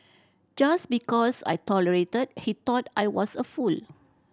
just because I tolerated he thought I was a fool